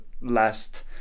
last